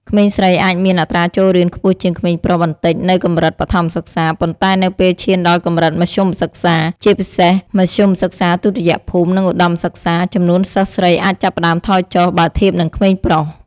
ក្មេងស្រីអាចមានអត្រាចូលរៀនខ្ពស់ជាងក្មេងប្រុសបន្តិចនៅកម្រិតបឋមសិក្សា ប៉ុន្តែ នៅពេលឈានដល់កម្រិតមធ្យមសិក្សា ជាពិសេសមធ្យមសិក្សាទុតិយភូមិ និងឧត្តមសិក្សា ចំនួនសិស្សស្រីអាចចាប់ផ្តើមថយចុះ បើធៀបនឹងក្មេងប្រុស។